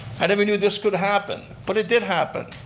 i never knew this could happen but it did happen.